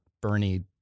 Bernie